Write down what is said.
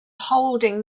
holding